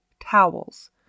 towels